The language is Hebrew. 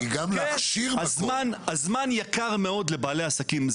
גם להכשיר מקום --- הזמן יקר מאוד לבעלי העסקים.